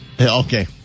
Okay